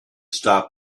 stop